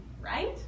right